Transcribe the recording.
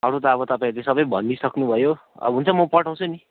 अरू त अब तपाईँहरूले सबै भनिदिइसक्नु भयो अब हुन्छ म पठाउँछु नि